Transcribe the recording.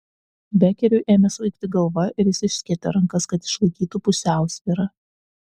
bekeriui ėmė svaigti galva ir jis išskėtė rankas kad išlaikytų pusiausvyrą